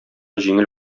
җиңел